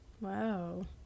Wow